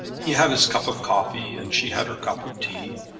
he had his cup of coffee, and she had her cup of tea,